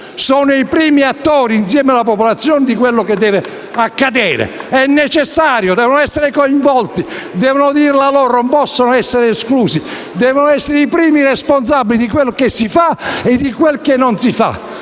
sono i primi attori, insieme alla popolazione, rispetto a quello che deve accadere. È necessario che vengano coinvolti; devono poter dire la loro, non possono essere esclusi; devono essere i primi responsabili di quello che si fa e di quello che non si fa.